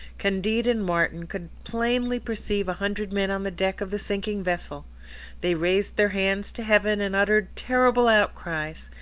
candide and martin could plainly perceive a hundred men on the deck of the sinking vessel they raised their hands to heaven and uttered terrible outcries,